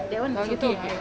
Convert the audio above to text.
okay I